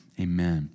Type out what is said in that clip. amen